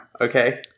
okay